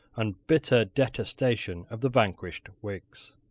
and bitter detestation of the vanquished whigs.